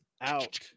out